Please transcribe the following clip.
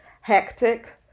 hectic